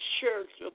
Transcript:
church